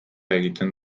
egiten